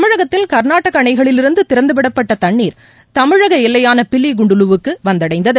தமிழகத்தில் கர்நாடக அணைகளிலிருந்து திறந்து விடப்பட்ட தண்ணீர் தமிழக எல்லையான பிலி குண்டுலுவுக்கு வந்தடைந்தது